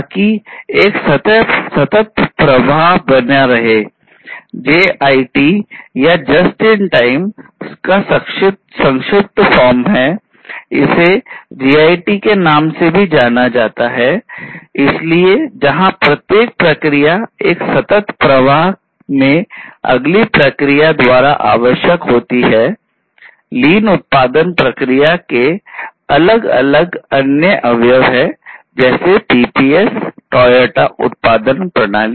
और just in time Toyota उत्पादन प्रणाली